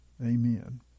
Amen